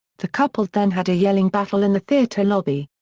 the couple then had a yelling battle in the theater lobby.